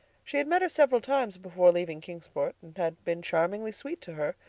she had met her several times before leaving kingsport, and had been charmingly sweet to her.